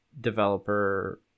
developer